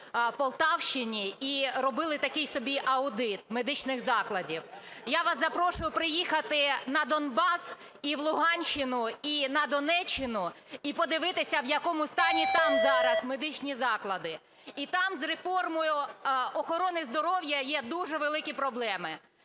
Полтавщині і робили такий собі аудит медичних закладів. Я вас запрошую приїхати на Донбас і в Луганщину, і на Донеччину і подивитися, в якому стані там зараз медичні заклади. І там з реформою охорони здоров'я є дуже великі проблеми.